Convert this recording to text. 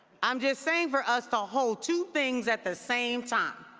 i'm just saying for us to hold two things at the same time.